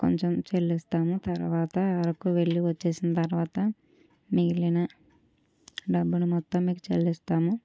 కొంచెం చెల్లిస్తాము తర్వాత అరకు వెళ్ళి వచ్చేసిన తర్వాత మిగిలిన డబ్బులు మొత్తం మీకు చెల్లిస్తాము